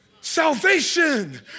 Salvation